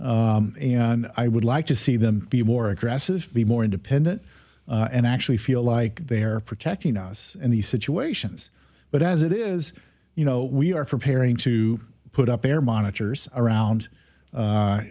and i would like to see them be more aggressive be more independent and actually feel like they're protecting us in these situations but as it is you know we are preparing to put up air monitors around